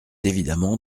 évidemment